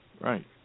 Right